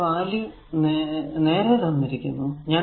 ഇവിടെ വാല്യൂ നേരെ തന്നിരിക്കുന്നു